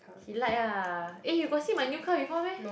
he like ah eh you got sit my new car before meh